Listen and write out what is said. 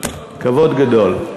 כבוד גדול.